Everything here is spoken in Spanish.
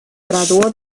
graduó